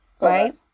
Right